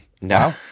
no